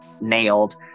nailed